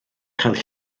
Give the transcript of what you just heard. cael